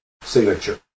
signature